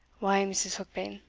why, mrs. heukbane,